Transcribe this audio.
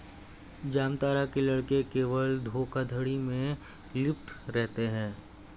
जामतारा के लड़के केवल धोखाधड़ी में लिप्त रहते हैं